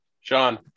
Sean